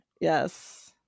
yes